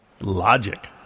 Logic